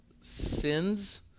sins